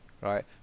right